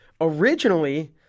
originally